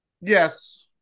Yes